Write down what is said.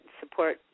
support